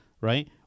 right